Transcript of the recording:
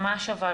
ממש אבל,